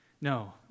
No